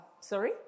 sorry